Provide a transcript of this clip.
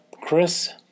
Chris